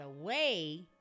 away